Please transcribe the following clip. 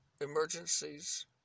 emergencies